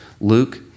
Luke